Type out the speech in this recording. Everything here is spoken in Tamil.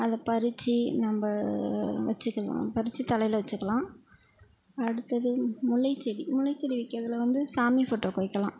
அதை பறிச்சு நம்ப வச்சுக்கலாம் பறிச்சு தலையில் வச்சுக்கலாம் அடுத்தது முல்லைச்செடி முல்லைச்செடி வைக்கிறதுல வந்து சாமி ஃபோட்டோக்கு வைக்கலாம்